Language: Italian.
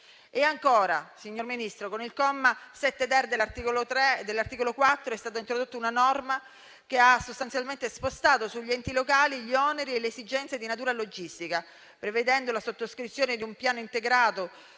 questo. Signor Ministro, con il comma 7-*ter* dell'articolo 4 è stata introdotta una norma che ha sostanzialmente spostato sugli enti locali gli oneri e le esigenze di natura logistica, prevedendo la sottoscrizione di un piano integrato